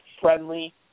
friendly